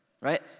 right